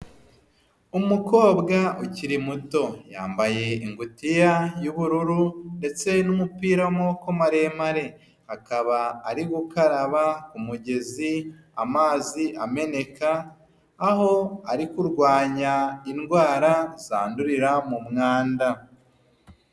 Umukobwa ukiri muto ,yambaye ingutiya y'ubururu ndetse n'umupira w'amaboko maremare .Akaba ari gukaraba ku mugezi amazi ameneka ,aho ari kurwanya indwara zandurira mu mwanda.